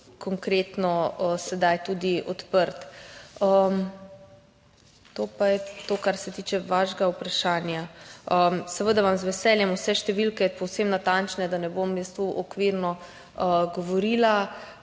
konkretno sedaj tudi odprt. To je to, kar se tiče vašega vprašanja. Seveda vam z veseljem vse številke, povsem natančne, da ne bom jaz tu okvirno govorila,